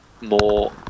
more